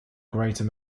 greater